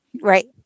Right